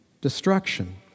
destruction